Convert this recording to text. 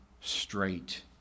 straight